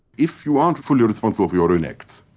if you aren't fully responsible for your own acts,